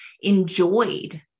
enjoyed